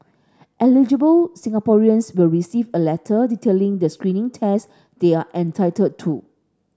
eligible Singaporeans will receive a letter detailing the screening test they are entitled to